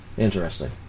interesting